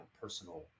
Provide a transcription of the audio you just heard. personal